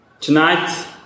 Tonight